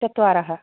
चत्वारः